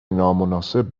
نامناسب